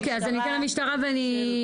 אוקי, אני אתן למשטרה, תיכף.